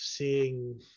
seeing